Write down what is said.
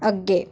ਅੱਗੇ